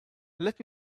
let